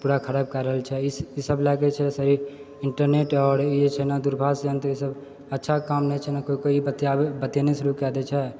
पूरा खराब कए रहल छै ई सब लए कऽ जे छै इन्टरनेट आओर ई सब जे छै नै दूरभाष यंत्र ई सब अच्छा काम नै छै कोइ कोइ ई बतियाबै बतियेनाइ शुरू कए दै छै